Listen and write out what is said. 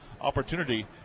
opportunity